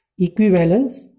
equivalence